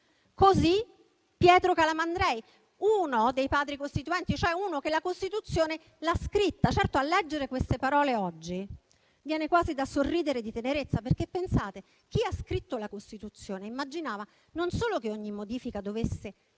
Pietro Calamandrei, uno dei Padri costituenti, cioè uno che la Costituzione l'ha scritta. Certo, a leggere queste parole oggi viene quasi da sorridere di tenerezza, perché, pensate, chi ha scritto la Costituzione immaginava non solo che ogni modifica dovesse nascere